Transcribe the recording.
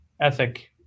ethic